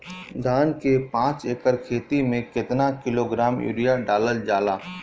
धान के पाँच एकड़ खेती में केतना किलोग्राम यूरिया डालल जाला?